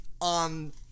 on